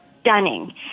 stunning